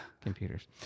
computers